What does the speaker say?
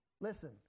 listen